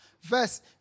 verse